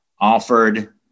offered